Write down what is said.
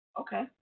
Okay